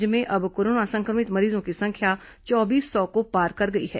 राज्य में अब कोरोना सं क्र मित मरीजों की संख्या चौबीस सौ को पार कर गई है